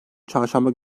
çarşamba